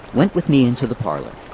went with me into the parlour.